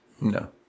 No